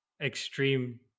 extreme